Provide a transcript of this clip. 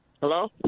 hello